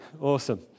Awesome